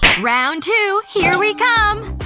round two, here we come!